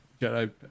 Jedi